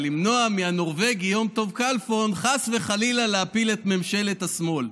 למנוע מהנורבגי יום טוב כלפון חס וחלילה להפיל את ממשלת השמאל.